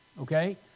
okay